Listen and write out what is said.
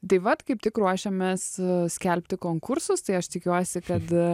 tai vat kaip tik ruošiamės skelbti konkursus tai aš tikiuosi kad